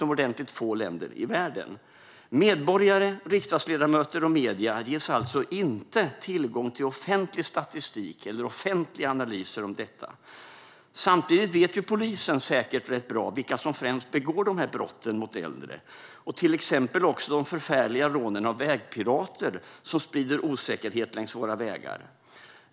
Medborgare, riksdagsledamöter och medier ges alltså inte tillgång till offentlig statistik eller offentliga analyser av detta. Samtidigt vet säkert polisen rätt bra vilka som främst begår dessa brott mot äldre och även vilka som ligger bakom de förfärliga rån som utförs av vägpirater, vilka sprider osäkerhet längs våra vägar.